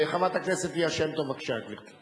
חברת הכנסת ליה שמטוב, בבקשה, גברתי.